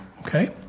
Okay